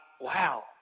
Wow